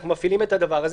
אנחנו מפעילים את זה,